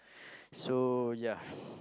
so ya